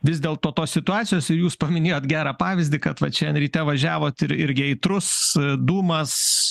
vis dėlto tos situacijos ir jūs paminėjot gerą pavyzdį kad vat šian ryte važiavot ir irgi aitrus dūmas